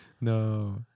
No